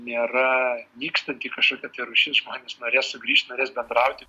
nėra nykstanti kažkokia rūšis žmonės norės sugrįžt norės bendrauti